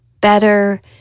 better